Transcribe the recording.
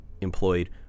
employed